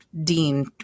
dean